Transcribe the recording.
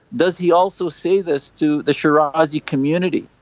does he also say this to the shirazi community,